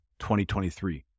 2023